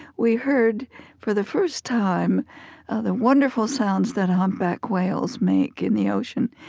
we heard for the first time the wonderful sounds that humpback whales make in the ocean.